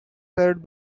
served